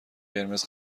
قرمز